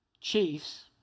Chiefs